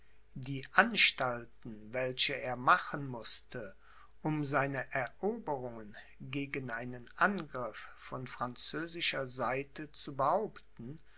die anstalten welche er machen mußte um seine eroberungen gegen einen angriff von französischer seite zu behaupten